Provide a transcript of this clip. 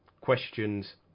questions